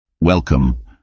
Welcome